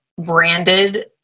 branded